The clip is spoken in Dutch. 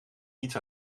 niets